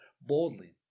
boldly